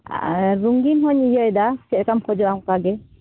ᱟᱨ ᱨᱚᱝᱜᱤᱱ ᱦᱚᱧ ᱤᱭᱟᱹᱭᱮᱫᱟ ᱪᱮᱫ ᱞᱮᱠᱟᱢ ᱠᱷᱚᱡᱚᱜᱼᱟ ᱚᱱᱠᱟ ᱜᱮ